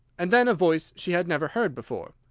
and then a voice she had never heard before,